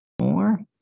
more